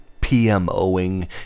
PMOing